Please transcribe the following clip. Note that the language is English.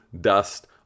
dust